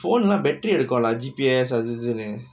phone leh நா:naa battery எடுக்குலா:edukulaa G_P_S அது இதுனு:athu ithunu